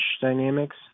dynamics